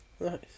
Nice